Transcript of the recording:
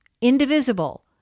Indivisible